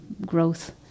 growth